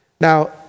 Now